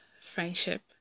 friendship